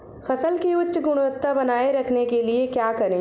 फसल की उच्च गुणवत्ता बनाए रखने के लिए क्या करें?